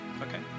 Okay